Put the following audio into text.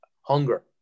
hunger